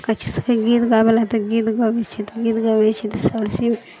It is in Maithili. कहै छै गीत गाबैलए तऽ गीत गबै छी तऽ गीत गबै छी तऽ सरजी